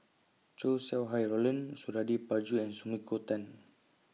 Chow Sau Hai Roland Suradi Parjo and Sumiko Tan